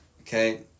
Okay